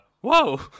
Whoa